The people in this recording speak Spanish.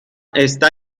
está